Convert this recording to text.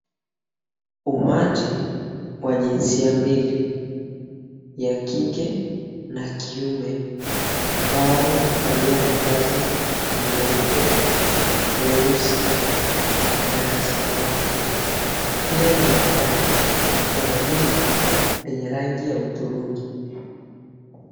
Umati wa jinsia mbili ya kike na kiume ambao wamevalia mavazi meupe, meusi na samawati, pia nyuma yao kuna jumba lenye rangi ya hudhurungi.